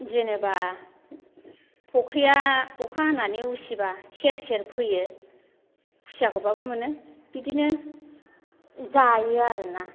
जेनेबा फुख्रिया अखा हानानै उसिब्ला सेर सेर फैयो खुसियाखौब्लाबो मोनो बिदिनो जायो आरोना